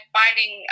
finding